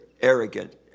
arrogant